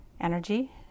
energy